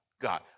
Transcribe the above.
God